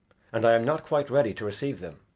and i am not quite ready to receive them.